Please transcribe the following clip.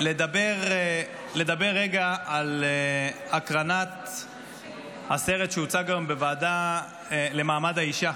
לדבר רגע על הקרנת הסרט שהוצג היום בוועדה למעמד האישה.